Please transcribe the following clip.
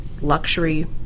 luxury